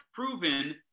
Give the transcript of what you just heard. Proven